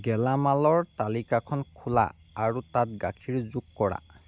গেলামালৰ তালিকাখন খোলা আৰু তাত গাখীৰ যোগ কৰা